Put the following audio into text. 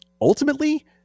ultimately